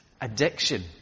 addiction